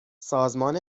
سازمان